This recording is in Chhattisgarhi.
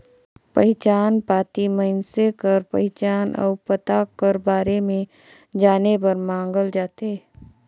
पहिचान पाती मइनसे कर पहिचान अउ पता कर बारे में जाने बर मांगल जाथे